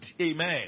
Amen